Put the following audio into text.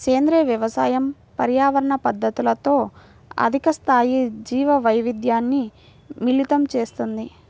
సేంద్రీయ వ్యవసాయం పర్యావరణ పద్ధతులతో అధిక స్థాయి జీవవైవిధ్యాన్ని మిళితం చేస్తుంది